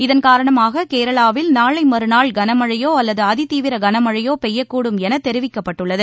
இதன் காரணமாக கேரளாவில் நாளை மறுநாள் கனமழழயோ அல்லது அதிதீவிர கனமழழயோ பெய்யக்கூடும் என தெரிவிக்கப்பட்டுள்ளது